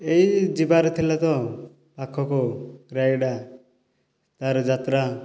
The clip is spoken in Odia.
ଏଇ ଯିବାର ଥିଲା ତ ପାଖକୁ ରାୟଗଡ଼ା ତା'ର ଯାତ୍ରା